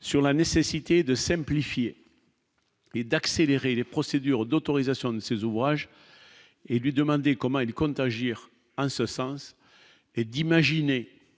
sur la nécessité de simplifier et d'accélérer les procédures d'autorisation de ses ouvrages et lui demander comment il compte agir en ce sens et d'imaginer